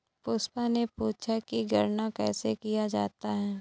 पुष्पा ने पूछा कि कर गणना कैसे किया जाता है?